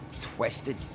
Twisted